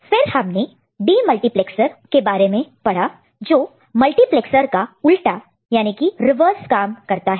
फिर हमने डीमल्टीप्लैक्सर के बारे में पढ़ा जो मल्टीप्लैक्सर का रिवर्स काम करता है